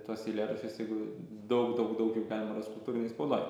tuos eilėraščius jeigu daug daug daug jų galima rast kultūrinėj spaudoj